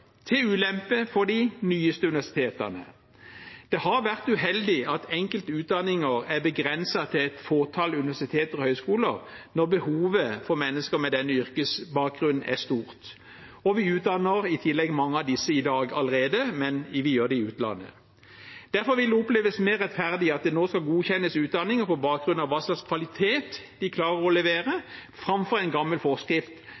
til ulempe for de nyeste universitetene. Det har vært uheldig at enkelte utdanninger er begrenset til et fåtall universiteter og høyskoler når behovet for mennesker med denne yrkesbakgrunnen er stort, og vi utdanner i tillegg mange av disse i dag allerede, men vi gjør det i utlandet. Derfor vil det oppleves som mer rettferdig at det nå skal godkjennes utdanninger på bakgrunn av hva slags kvalitet de klarer å levere, framfor på grunnlag av en gammel forskrift